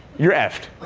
you're effed.